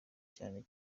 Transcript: cyane